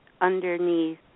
underneath